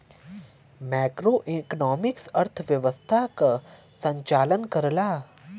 macroeconomics अर्थव्यवस्था क संचालन करला